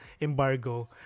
embargo